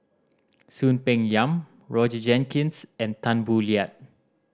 Soon Peng Yam Roger Jenkins and Tan Boo Liat